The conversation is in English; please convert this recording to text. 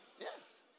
Yes